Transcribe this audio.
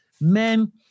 men